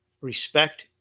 respect